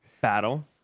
Battle